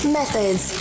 methods